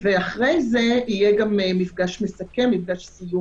ואחרי זה יהיה גם מפגש מסכם,